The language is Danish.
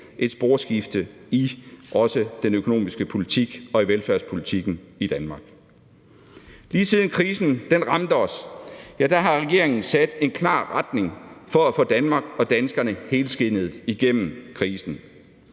et sporskifte, også i den økonomiske politik og i velfærdspolitikken i Danmark. Lige siden krisen ramte os, har regeringen sat en klar retning for at få Danmark og danskerne helskindet igennem krisen.